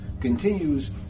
Continues